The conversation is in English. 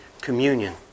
communion